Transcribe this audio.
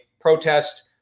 protest